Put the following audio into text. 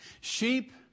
Sheep